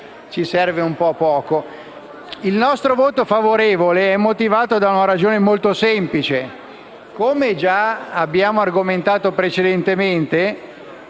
Il nostro voto favorevole è motivato da una ragione molto semplice. Come già abbiamo argomentato precedentemente,